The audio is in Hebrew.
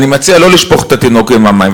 אני מציע שלא לשפוך את התינוק עם המים.